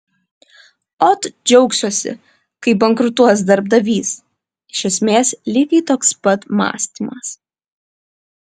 ot džiaugsiuosi kai bankrutuos darbdavys iš esmės lygiai toks pat mąstymas